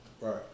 Right